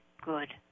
good